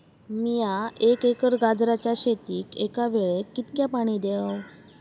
मीया एक एकर गाजराच्या शेतीक एका वेळेक कितक्या पाणी देव?